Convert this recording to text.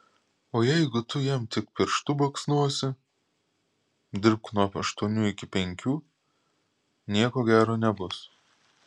o jeigu tu jam tik pirštu baksnosi dirbk nuo aštuonių iki penkių nieko gero nebus